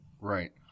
Right